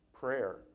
prayer